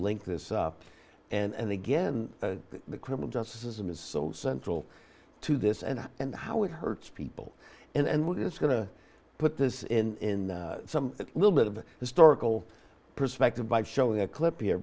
link this up and again the criminal justice system is so central to this and and how it hurts people and what is going to put this in some little bit of historical perspective by showing a clip here